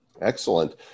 Excellent